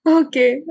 okay